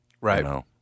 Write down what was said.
right